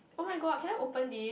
oh my god can I open this